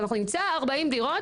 אנחנו נמצא 40 דירות.